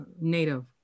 native